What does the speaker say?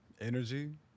energy